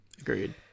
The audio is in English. agreed